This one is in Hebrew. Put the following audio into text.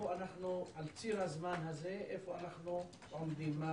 על ציר הזמן הזה, איפה אנחנו עומדים?